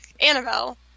Annabelle